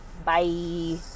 Bye